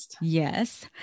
Yes